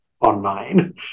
online